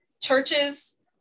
Churches